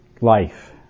life